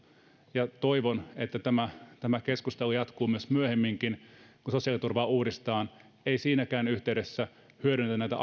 toivon että tämä tämä keskustelu jatkuu myöhemminkin kun sosiaaliturvaa uudistetaan ei siinäkään yhteydessä hyödynnetä näitä